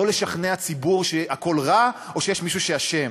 לא לשכנע ציבור שהכול רע או שיש מישהו שאשם,